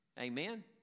amen